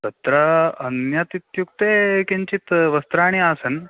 तत्र अन्यत् इत्युक्ते किञ्चित् वस्त्राणि आसन्